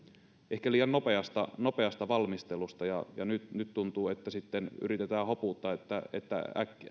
ehkä liian nopeasta nopeasta valmistelusta ja nyt nyt tuntuu että yritetään hoputtaa että